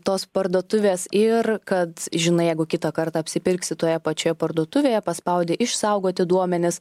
tos parduotuvės ir kad žinai jeigu kitą kartą apsipirksi toje pačioje parduotuvėje paspaudi išsaugoti duomenis